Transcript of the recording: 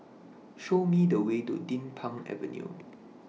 Show Me The Way to Din Pang Avenue